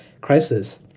crisis